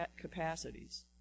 capacities